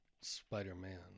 spider-man